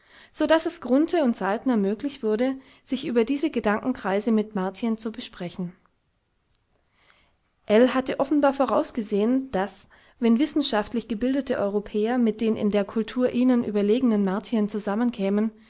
so daß es grunthe und saltner möglich wurde sich über diese gedankenkreise mit den martiern zu besprechen ell hatte offenbar vorausgesehen daß wenn wissenschaftlich gebildete europäer mit den in der kultur ihnen überlegenen martiern zusammenkämen